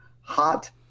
Hot